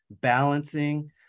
balancing